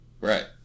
Right